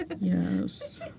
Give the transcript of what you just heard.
Yes